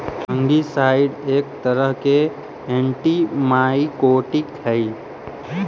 fungicide एक तरह के एंटिमाइकोटिक हई